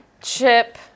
Chip